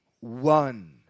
one